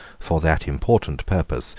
for that important purpose,